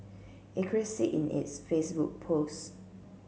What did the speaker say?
Acres said in its Facebook post